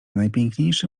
najpiękniejszy